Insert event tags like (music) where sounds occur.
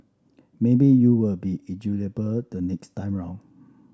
maybe you will be (unintelligible) the next time round